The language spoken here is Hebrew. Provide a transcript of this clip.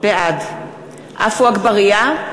בעד עפו אגבאריה,